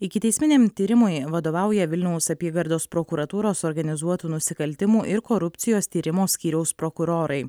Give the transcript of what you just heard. ikiteisminiam tyrimui vadovauja vilniaus apygardos prokuratūros organizuotų nusikaltimų ir korupcijos tyrimo skyriaus prokurorai